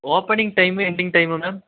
opening time ending time ma'am